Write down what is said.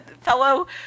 fellow